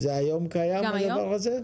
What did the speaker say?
גם היום קיים הדבר הזה?